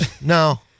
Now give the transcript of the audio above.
No